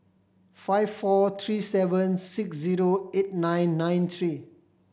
five four three seven six zero eight nine nine three